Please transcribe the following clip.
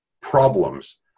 problems